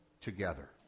together